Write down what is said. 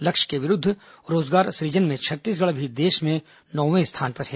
लक्ष्य के विरूद्व रोजगार सृजन में छत्तीसगढ़ अभी देश में नौवें स्थान पर है